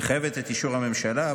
מחייבת את אישור הממשלה,